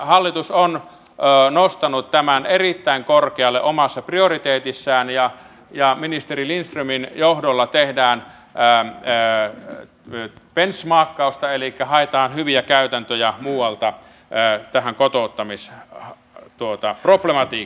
hallitus on nostanut tämän erittäin korkealle omassa prioriteetissaan ja ministeri lindströmin johdolla tehdään benchmarkkausta eli haetaan hyviä käytäntöjä muualta tähän kotouttamisproblematiikkaan